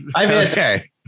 Okay